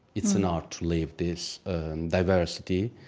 it's an art to live this diversity.